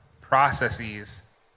processes